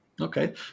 Okay